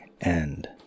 End